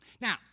Now